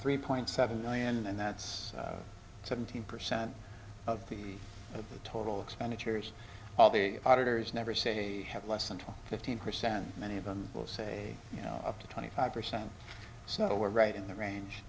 three point seven million and that's seventeen percent of the total expenditures all the auditors never say they have less than fifteen percent many of them will say up to twenty five percent so we're right in the range